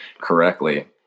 correctly